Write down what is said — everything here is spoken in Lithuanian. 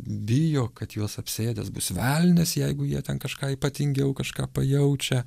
bijo kad juos apsėdęs bus velnias jeigu jie ten kažką ypatingiau kažką pajaučia